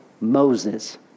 Moses